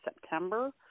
September